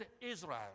Israel